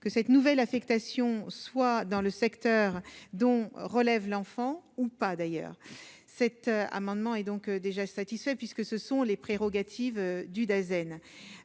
Que cette nouvelle affectation soit dans le secteur dont relève l'enfant ou pas d'ailleurs, cet amendement est donc déjà satisfait puisque ce sont les prérogatives du d'Assen